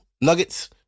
nuggets